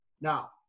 Now